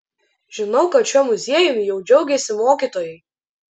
žinau kad šiuo muziejumi jau džiaugiasi mokytojai